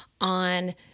on